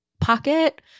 pocket